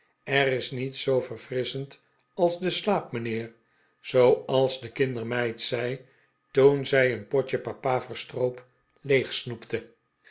er is niets zoo verfrisschend als de slaap mijnheer zooals de kindermeid zei toen zij een potje papaverstroop